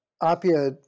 Apia